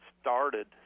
started